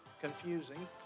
confusing